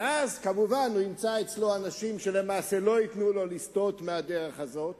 ואז כמובן הוא ימצא אצלו אנשים שלמעשה לא ייתנו לו לסטות מהדרך הזאת.